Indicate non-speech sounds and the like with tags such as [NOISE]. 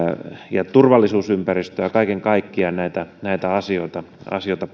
ja turvallisuusympäristöä kaiken kaikkiaan näitä näitä asioita asioita [UNINTELLIGIBLE]